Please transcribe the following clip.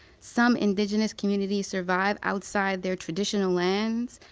some indigenous communities survive outside their traditional lands,